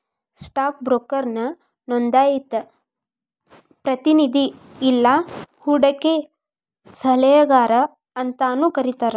stock ಬ್ರೋಕರ್ನ ನೋಂದಾಯಿತ ಪ್ರತಿನಿಧಿ ಇಲ್ಲಾ ಹೂಡಕಿ ಸಲಹೆಗಾರ ಅಂತಾನೂ ಕರಿತಾರ